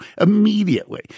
immediately